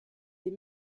des